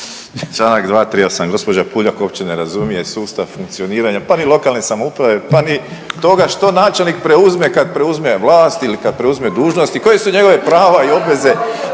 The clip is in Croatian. Članak 238., gospođa Puljak uopće ne razumije sustav funkcioniranja pa ni lokalne samouprave, pa ni toga što načelnik preuzme kad preuzme vlast ili kad preuzme dužnost i koje su njegove prava i obveze,